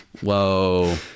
whoa